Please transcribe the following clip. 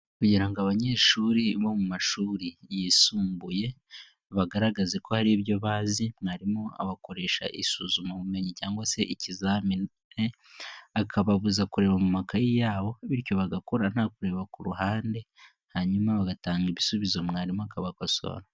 Kugira ngo abanyeshuri bo mu mashuri yisumbuye bagaragaze ko hari ibyo bazi, mwarimu abakoresha isuzumabumenyi cyangwa se ikizami, akababuza kureba mu makaye yabo bityo bagakora nta kureba ku ruhande hanyuma bagatanga ibisubizo mwarimu akabakosora.